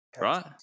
right